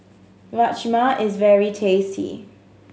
rajma is very tasty